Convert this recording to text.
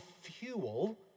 fuel